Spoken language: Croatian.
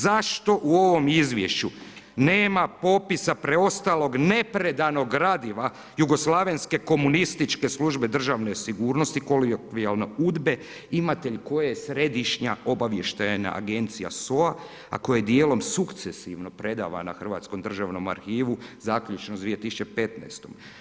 Zašto u ovom izvješću nema popisa preostalog nepredanog gradiva jugoslavenske komunistički službe državne sigurnosti, kolokvijalno UDBA-e? … koja je središnja obavještajna agencija SOA, a koja je dijelom sukcesivno predavana Hrvatskom državnom arhivu, zaključno s 2015.